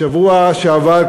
בשבוע שעבר,